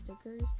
stickers